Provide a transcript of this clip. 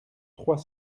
trois